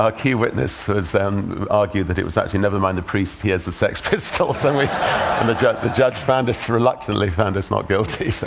ah key witness and argued that it was actually never mind the priest, here's the sex pistols. i mean and the judge the judge found us reluctantly found us not guilty,